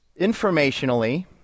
informationally